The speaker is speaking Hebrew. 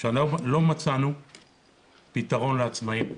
כך שלא מצאנו פתרון לעצמאים.